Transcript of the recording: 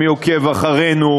ומי עוקב אחרינו,